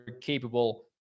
capable